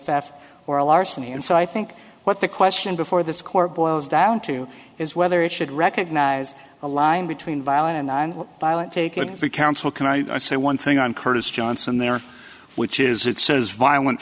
fact or a larceny and so i think what the question before this court boils down to is whether it should recognize a line between violent and i'm taking the counsel can i say one thing on curtis johnson there which is it says violent